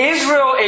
Israel